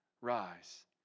rise